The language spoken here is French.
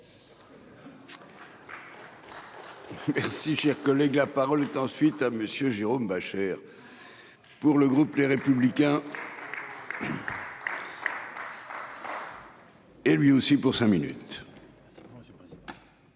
Merci, cher collègue, la parole est ensuite à Monsieur Jérôme Bascher. Pour le groupe Les Républicains. Et lui aussi pour cinq minutes.